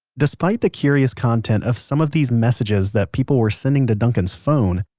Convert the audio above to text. despite the curious content of some of these messages that people were sending to duncan's phone,